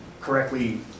correctly